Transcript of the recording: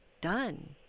done